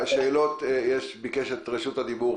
אבידר ביקש את רשות הדיבור.